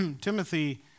Timothy